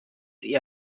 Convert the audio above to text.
sie